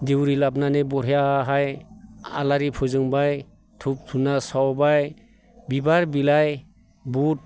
दिउरि लाबनानै बरियाहाय आलारि फोजोंबाय धुप धुना सावबाय बिबार बिलाइ बुथ